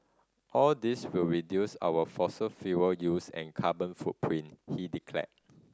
all this will reduce our fossil fuel use and carbon footprint he declared